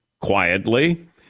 quietly